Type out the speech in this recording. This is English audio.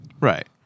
Right